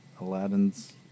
Aladdin's